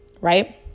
Right